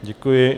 Děkuji.